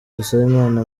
dusabimana